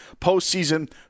Postseason